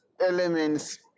elements